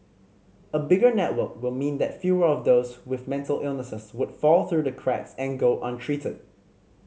a bigger network will mean that fewer of those with mental illness would fall through the cracks and go untreated